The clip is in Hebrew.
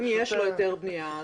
אם יש לו היתר בנייה,